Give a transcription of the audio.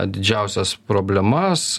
didžiausias problemas